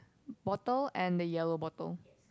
bottle and the yellow bottle